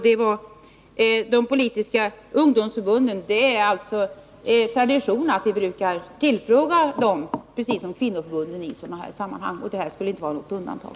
Den gällde de politiska ungdomsförbunden. Det är tradition att vi tillfrågar dem i sådana här sammanhang precis som kvinnoförbunden. Det här skulle inte vara något undantag.